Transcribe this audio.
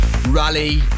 rally